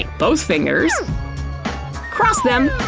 both fingers cross them,